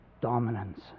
Dominance